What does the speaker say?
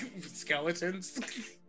skeletons